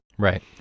Right